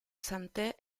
sainte